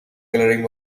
colouring